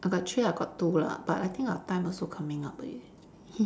but actually I got two lah but I think our time also coming up already